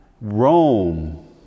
Rome